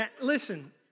Listen